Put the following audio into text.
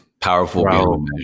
Powerful